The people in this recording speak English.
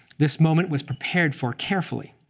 this moment was prepared for carefully.